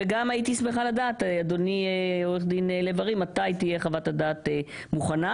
הייתי שמחה לדעת - אדוני עורך דין לב ארי - מתי תהיה חוות הדעת מוכנה.